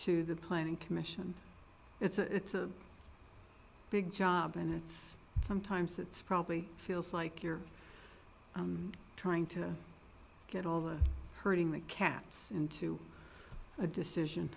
to the planning commission it's a big job and it's sometimes it's probably feels like you're trying to get all of hurting the cats into a decision